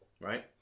right